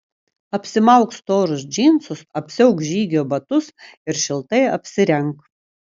apsimauk storus džinsus apsiauk žygio batus ir šiltai apsirenk